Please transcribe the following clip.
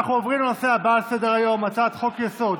אנחנו עוברים לנושא הבא על סדר-היום: הצעת חוק-יסוד: